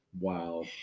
Wow